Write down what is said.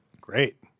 Great